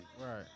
Right